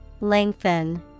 Lengthen